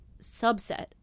subset